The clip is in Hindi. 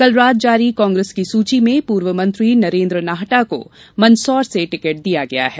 कल रात जारी कांग्रेस की सुची में पूर्व मंत्री नरेन्द्र नाहटा को मंदसौर से टिकट दिया गया है